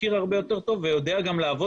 מכיר הרבה יותר טוב ויודע גם לעבוד